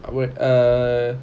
where err